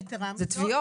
יתרה מזו,